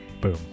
boom